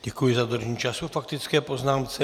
Děkuji za dodržení času k faktické poznámce.